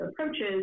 approaches